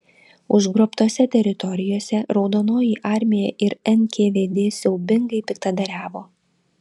užgrobtose teritorijose raudonoji armija ir nkvd siaubingai piktadariavo